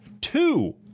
two